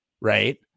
right